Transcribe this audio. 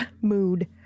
Mood